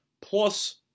plus